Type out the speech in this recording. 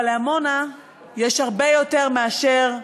אבל לעמונה יש הרבה יותר מאשר פתרון,